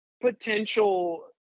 potential